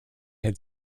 had